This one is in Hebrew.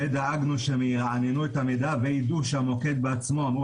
ודאגנו שהם ירעננו את המידע ויידעו שהמוקד בעצמו אמור